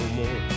more